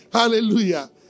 Hallelujah